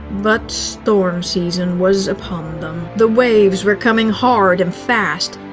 but storm season was upon them. the waves were coming hard and fast.